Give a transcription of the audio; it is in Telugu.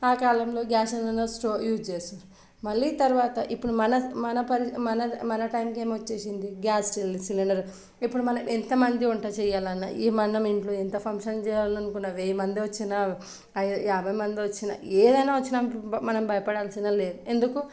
ఆ కాలంలో గ్యాస్ ఉన్న స్టవ్ యూజ్ చేస్తుండే మళ్ళీ తర్వాత ఇప్పుడు మన మన పరి మన మన టైంకి ఏమొచ్చేసింది గ్యాస్ సిలిండర్ ఇప్పుడు మనం ఎంతమంది వంట చెయ్యాలన్నా ఈ మనం ఇంట్లో ఎంత ఫంక్షన్ చెయ్యాలనుకున్నా వెయ్యి మంది వచ్చినా యాభై మంది వచ్చినా ఏదైనా వచ్చినా మనం భయపడాల్సింది లేదు ఎందుకు